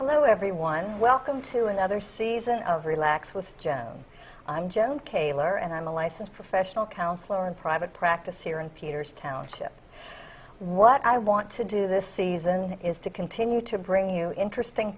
hello everyone welcome to another season of relax with jim i'm jim kaylor and i'm a licensed professional counselor in private practice here in peters township what i want to do this season is to continue to bring you interesting